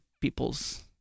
people's